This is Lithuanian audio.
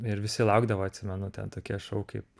ir visi laukdavo atsimenu ten tokie šou kaip